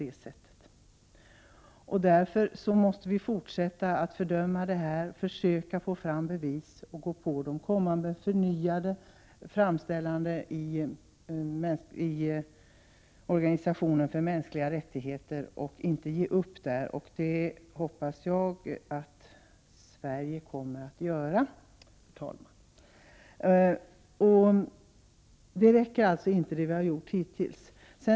Vi måste därför fortsätta att fördöma detta och få fram bevis och komma med förnyade framställningar till organisationen för mänskliga rättigheter och inte ge upp. Det hoppas jag att Sverige kommer att att göra. Det vi har gjort hittills räcker inte.